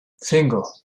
cinco